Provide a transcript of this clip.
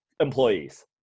employees